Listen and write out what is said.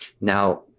Now